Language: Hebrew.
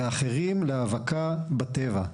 ואחרים להאבקה בטבע.